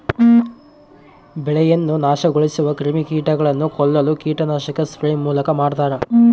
ಬೆಳೆಯನ್ನು ನಾಶಗೊಳಿಸುವ ಕ್ರಿಮಿಕೀಟಗಳನ್ನು ಕೊಲ್ಲಲು ಕೀಟನಾಶಕ ಸ್ಪ್ರೇ ಮೂಲಕ ಮಾಡ್ತಾರ